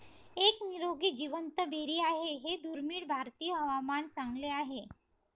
एक निरोगी जिवंत बेरी आहे हे दुर्मिळ भारतीय हवामान चांगले आहे